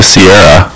Sierra